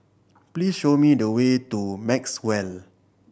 please show me the way to Maxwell